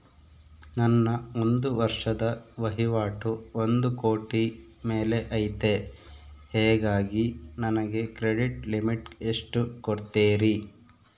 ನನ್ನ ಒಂದು ವರ್ಷದ ವಹಿವಾಟು ಒಂದು ಕೋಟಿ ಮೇಲೆ ಐತೆ ಹೇಗಾಗಿ ನನಗೆ ಕ್ರೆಡಿಟ್ ಲಿಮಿಟ್ ಎಷ್ಟು ಕೊಡ್ತೇರಿ?